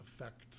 effect